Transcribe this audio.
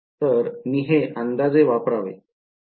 तर मी हे अंदाजे वापरावे